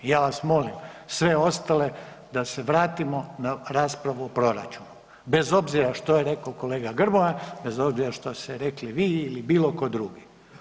I ja vas molim sve ostale da se vratimo na raspravu o proračunu, bez obzira što je rekao kolega Grmoja, bez obzira što ste rekli vi ili bilo tko drugi.